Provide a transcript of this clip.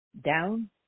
down